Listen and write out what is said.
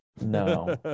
No